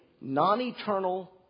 non-eternal